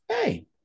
Hey